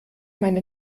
meine